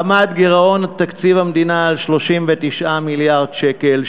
עמד גירעון תקציב המדינה על 39 מיליארד שקל,